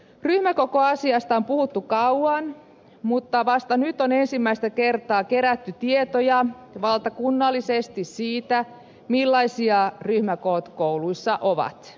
ryhmäkokoasiasta on puhuttu kauan mutta vasta nyt on ensimmäistä kertaa kerätty tietoja valtakunnallisesti siitä millaisia ryhmäkoot kouluissa ovat